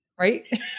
right